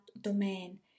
domain